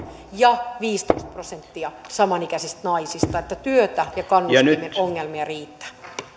ja viisitoista prosenttia samanikäisistä naisista että työtä ja kannustinongelmia riittää